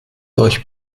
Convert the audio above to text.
euch